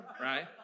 Right